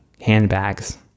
handbags